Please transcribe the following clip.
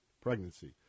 pregnancy